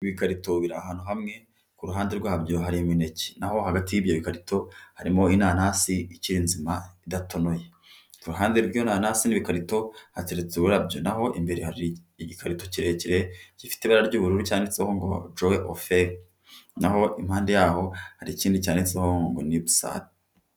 Ibikarito biri ahantu hamwe ku ruhande rwabyo hari imineke naho hagati y'ibyo bikarito harimo inanasi ikiri nzima idatonoye iruhande rw'iyo nanasi n'ikarito hateretse uburabyo naho imbere hari igikarito kirekire gifite ibara ry'ubururu cyanditseho ngo jowe oferi, naho impande yaho hari ikindi cyanditseho ngo nibusali.